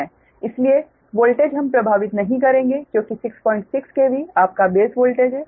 इसलिए वोल्टेज हम प्रभावित नहीं करेंगे क्योंकि 66 KV आपका बेस वोल्टेज है